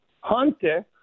Hunter